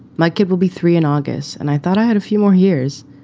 my kid will be three in august and i thought i had a few more years,